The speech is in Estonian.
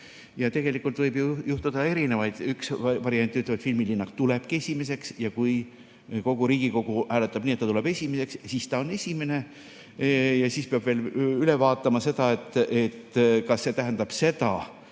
Ja tegelikult võib ju juhtuda erinevaid variante. Üks variant ütleb, et filmilinnak tulebki esimeseks. Ja kui kogu Riigikogu hääletab nii, et ta tuleb esimeseks, siis ta on esimene. Siis peab veel üle vaatama selle, kas see tähendab seda,